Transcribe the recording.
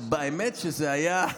והאמת שזה היה,